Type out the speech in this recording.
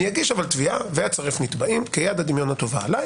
אני אגיש תביעה ואצרף נתבעים כיד הדמיון הטובה עליי